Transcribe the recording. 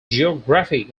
geography